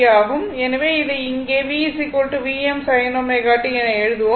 எனவே இதை இங்கே V Vm sin ω t என எழுதுவோம்